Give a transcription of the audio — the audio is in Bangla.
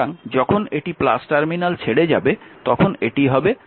সুতরাং যখন এটি টার্মিনাল ছেড়ে যাবে তখন এটি হবে